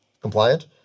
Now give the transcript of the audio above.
compliant